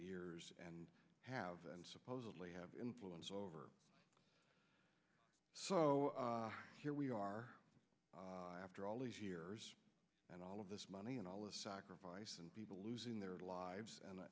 years and have and supposedly have influence over so here we are after all these years and all of this money and all the sacrifice and people losing their lives and